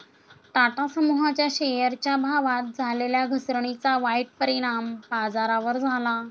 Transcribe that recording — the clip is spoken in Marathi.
टाटा समूहाच्या शेअरच्या भावात झालेल्या घसरणीचा वाईट परिणाम बाजारावर झाला